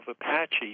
Apache